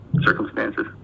circumstances